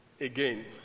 Again